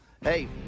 Hey